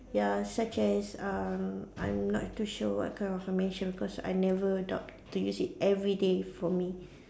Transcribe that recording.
ya such as uh I'm not too sure what kind of foundation because I never doubt to use it everyday for me